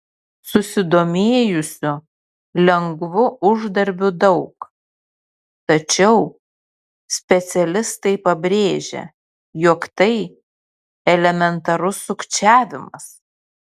susidomėjusių lengvu uždarbiu daug tačiau specialistai pabrėžia jog tai elementarus sukčiavimas